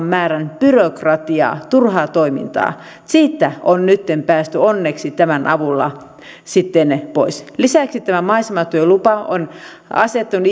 määrän byrokratiaa turhaa toimintaa siitä on nytten päästy onneksi tämän avulla pois lisäksi tämä maisematyölupa on asettanut